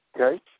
Okay